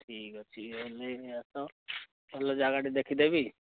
ଠିକ୍ ଅଛି ହଉ ନେଇକି ଆସ ଭଲ ଜାଗାଟେ ଦେଖିଦେବି